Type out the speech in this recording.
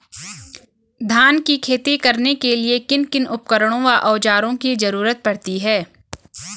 धान की खेती करने के लिए किन किन उपकरणों व औज़ारों की जरूरत पड़ती है?